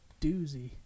doozy